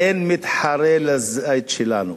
אין מתחרה לזית שלנו,